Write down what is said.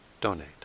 donate